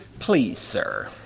please sir